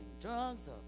drugs